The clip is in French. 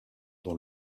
dans